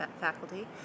faculty